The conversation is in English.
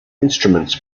instruments